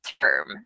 term